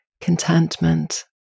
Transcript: contentment